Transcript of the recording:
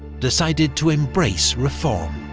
decided to embrace reform.